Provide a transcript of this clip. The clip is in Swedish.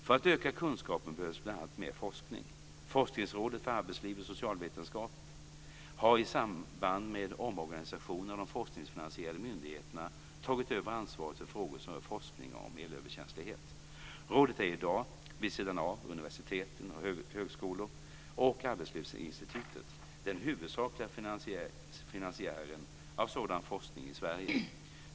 För att öka kunskapen behövs bl.a. mer forskning. FAS, har i samband med omorganisationen av de forskningsfinansierade myndigheterna tagit över ansvaret för frågor som rör forskning om elöverkänslighet. Rådet är i dag, vid sidan av universitet, högskolor och Arbetslivsinstitutet, den huvudsakliga finansiären av sådan forskning i Sverige.